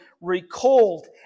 recalled